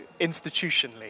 institutionally